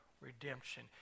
redemption